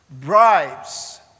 bribes